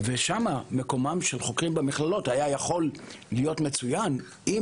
ושם מקומם של חוקרים במכללות היה יכול להיות מצוין אם